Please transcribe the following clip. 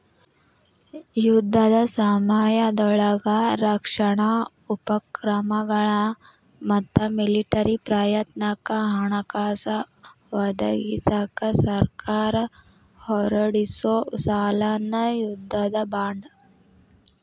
ಯುದ್ಧದ ಸಮಯದೊಳಗ ರಕ್ಷಣಾ ಉಪಕ್ರಮಗಳ ಮತ್ತ ಮಿಲಿಟರಿ ಪ್ರಯತ್ನಕ್ಕ ಹಣಕಾಸ ಒದಗಿಸಕ ಸರ್ಕಾರ ಹೊರಡಿಸೊ ಸಾಲನ ಯುದ್ಧದ ಬಾಂಡ್